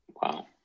Wow